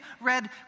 red